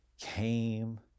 came